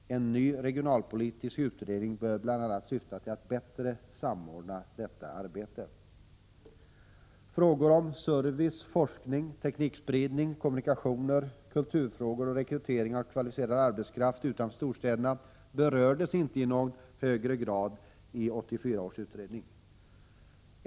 En ny regionalpolitisk utredning bör bl.a. syfta till att bättre samordna detta arbete. Frågor om service, forskning, teknikspridning, kommunikationer, kulturfrågor och rekrytering av kvalificerad arbetskraft utanför storstäderna berördes inte i någon högre grad av 1984 års utredning.